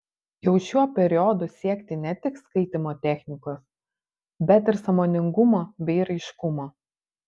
jau šiuo periodu siekti ne tik skaitymo technikos bet ir sąmoningumo bei raiškumo